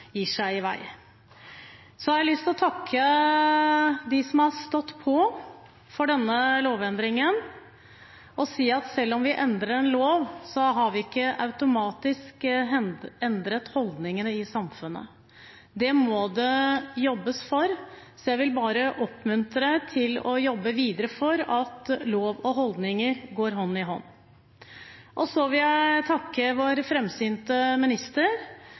gir seg i vei. Så har jeg lyst til å takke dem som har stått på for denne lovendringen, og si at selv om vi endrer en lov, har vi ikke automatisk endret holdningene i samfunnet. Det må det jobbes for. Så jeg vil bare oppmuntre til å jobbe videre for at lov og holdninger går hånd i hånd. Jeg vil også takke vår framsynte minister,